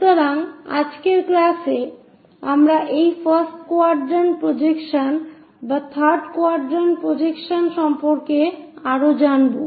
সুতরাং আজকের ক্লাসে আমরা এই ফার্স্ট কোয়াড্রান্ট প্রজেকশন এবং থার্ড কোয়াড্রান্ট প্রজেকশন সম্পর্কে আরও জানবো